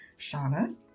Shauna